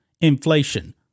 Inflation